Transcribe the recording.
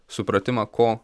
supratimą ko